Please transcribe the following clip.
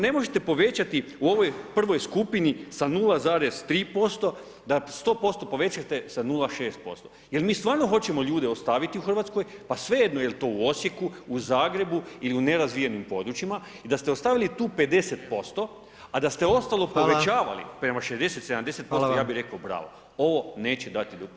Ne možete povećati u ovoj prvoj skupini sa 0,3% da 100% povećate sa 0,6% jer mi stvarno hoćemo ljude ostavit u Hrvatskoj pa svejedno jer to u Osijeku, Zagrebu ili u nerazvijenim područjima, da ste ostavili tu 50%, a da ste ostalo povećavali prema 60, 70% ja bih rekao bravo, ovo neće dati pozitivan učinak.